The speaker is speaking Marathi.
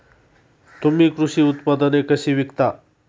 तुम्ही कृषी उत्पादने कशी विकता?